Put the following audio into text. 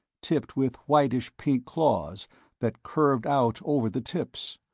tipped with whitish-pink claws that curved out over the tips.